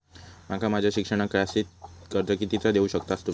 माका माझा शिक्षणाक जास्ती कर्ज कितीचा देऊ शकतास तुम्ही?